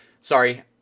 Sorry